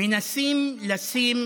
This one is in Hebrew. מנסים לשים